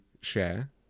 share